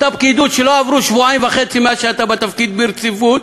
אותה פקידות שלא עברו שבועיים וחצי מאז שאתה בתפקיד ברציפות,